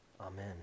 Amen